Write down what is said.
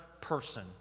person